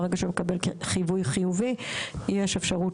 ברגע שהוא מקבל חיווי חיובי יש אפשרות